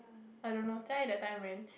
I don't know jiayi that time went